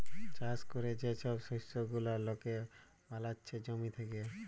চাষ ক্যরে যে ছব শস্য গুলা লকে বালাচ্ছে জমি থ্যাকে